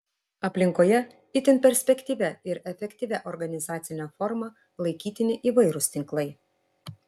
aplinkoje itin perspektyvia ir efektyvia organizacine forma laikytini įvairūs tinklai